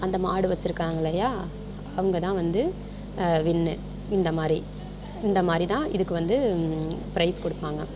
அந்த மாடு வச்சுருக்காங்க இல்லையா அவங்க தான் வந்து வின்னு இந்த மாதிரி இந்த மாதிரி தான் இதுக்கு வந்து பிரைஸ் கொடுப்பாங்க